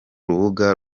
rubuga